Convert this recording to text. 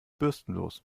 bürstenlos